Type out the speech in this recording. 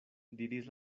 diris